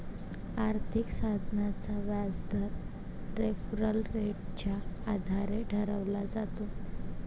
आर्थिक साधनाचा व्याजदर रेफरल रेटच्या आधारे ठरवला जातो